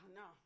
no